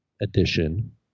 edition